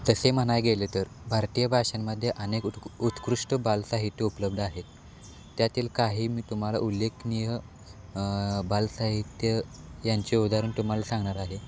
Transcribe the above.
तसे म्हणायला गेलं तर भारतीय भाषांमध्ये अनेक उत्क उत्कृष्ट बालसाहित्य उपलब्ध आहेत त्यातील काही मी तुम्हाला उल्लेखनीय बालसाहित्य यांचे उदाहरण तुम्हाला सांगणार आहे